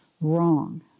Wrong